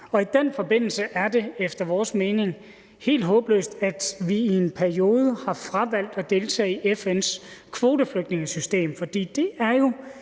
og i den forbindelse er det efter vores mening helt håbløst, at man i en periode har fravalgt at deltage i FN's kvoteflygtningesystem. For det er jo